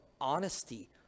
honesty